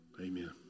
Amen